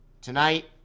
Tonight